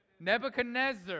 Nebuchadnezzar